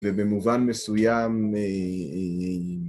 ובמובן מסוים